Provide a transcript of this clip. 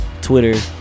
Twitter